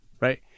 right